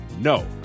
no